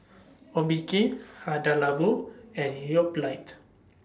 Obike Hada Labo and Yoplait